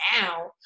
now